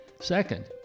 Second